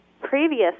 previous